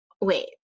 Wait